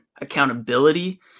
accountability